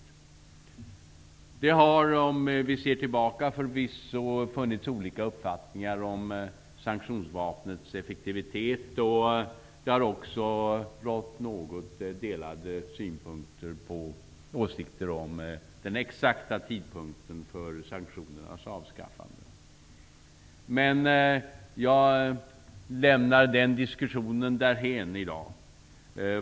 Om vi ser tillbaka kan vi konstatera att det förvisso har funnits olika uppfattningar om sanktionsvapnets effektivitet. Det har också rått något delade åsikter om exakt tidpunkt för sanktionernas avskaffande. Jag lämnar den diskussionen därhän i dag.